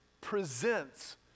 presents